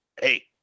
Hey